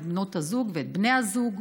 את בנות הזוג ואת בני הזוג,